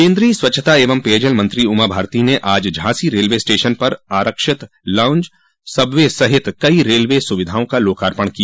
केन्द्रीय स्वच्छता एवं पेयजल मंत्री उमा भारती ने आज झांसी रेलवे स्टेशन पर आरक्षित लाउन्ज सब वे सहित कई रेल सुविधाओं का लोकार्पण किया